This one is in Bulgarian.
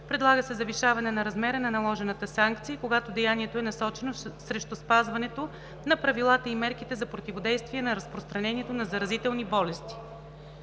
Предлага се завишаване на размера на наложената санкция, когато деянието е насочено срещу спазването на правилата и мерките за противодействие на разпространението на заразителни болести.